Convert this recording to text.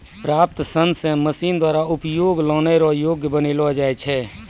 प्राप्त सन से मशीन द्वारा उपयोग लानै रो योग्य बनालो जाय छै